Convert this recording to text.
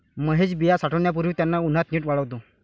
महेश बिया साठवण्यापूर्वी त्यांना उन्हात नीट वाळवतो